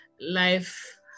life